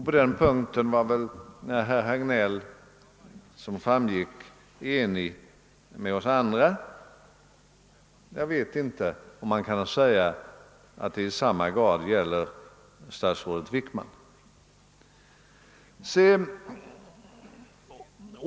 På den punkten framgick det att herr Hagnell är ense med oss andra — jag vet inte om man kan säga att detsamma i lika hög grad gäller statsrådet Wickman.